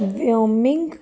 wyoming